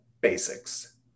basics